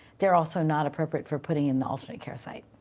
they're also not appropriate for putting in the alternative care site.